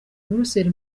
buruseli